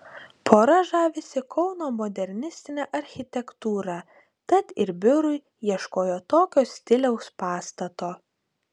pora žavisi kauno modernistine architektūra tad ir biurui ieškojo tokio stiliaus pastato